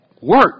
work